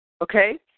okay